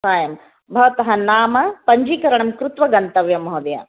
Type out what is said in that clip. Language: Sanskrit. सायं भवतः नाम पञ्जीकरणं कृत्वा गन्तव्यं महोदय